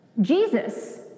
Jesus